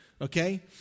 okay